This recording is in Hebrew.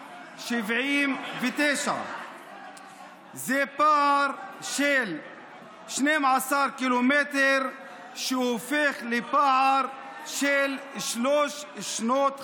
79. זה פער של 12 קילומטר שהופך לפער של שלוש שנות חיים.